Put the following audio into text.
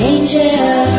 Angel